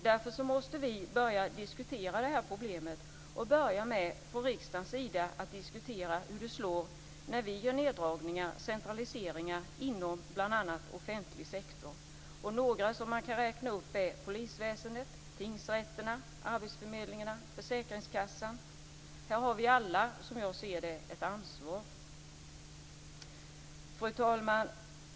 Därför måste vi börja diskutera detta problem och från riksdagens sida börja med att diskutera hur det slår när vi gör neddragningar eller centraliseringar inom bl.a. offentlig sektor. Några som jag kan räkna upp är polisväsendet, tingsrätterna, arbetsförmedlingarna och försäkringskassan. Här har vi alla ett ansvar, som jag ser det. Fru talman!